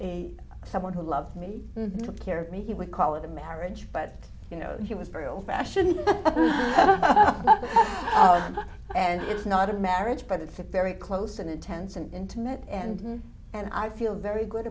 someone who loved me and took care of me he would call it a marriage but you know he was very old fashioned and it's not a marriage but it's a very close and a tense and intimate and and i feel very good